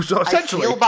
Essentially